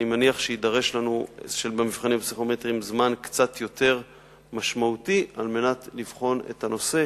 אני מניח שיידרש לנו זמן קצת יותר משמעותי על מנת לבחון את הנושא.